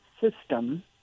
system